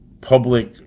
public